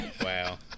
Wow